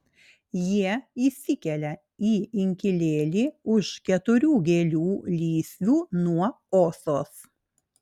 jie įsikelia į inkilėlį už keturių gėlių lysvių nuo osos